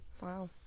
Wow